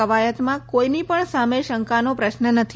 કવાયતમાં કોઇની પણ સામે શંકાનો પ્રશ્ન નથી